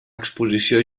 exposició